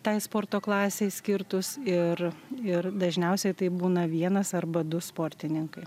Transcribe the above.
tai sporto klasei skirtus ir ir dažniausiai tai būna vienas arba du sportininkai